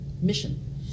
mission